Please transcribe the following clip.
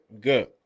Good